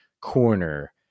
corner